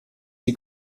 die